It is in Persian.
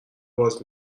باز